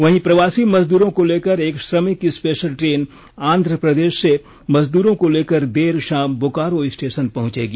वहीं प्रवासी मजदूरों को लेकर एक श्रमिक स्पेषल ट्रेन आंध्र प्रदेष से मजदूरों को लेकर देर शाम बोकारो स्टेषन पहुंचेगी